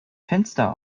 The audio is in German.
fenster